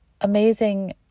amazing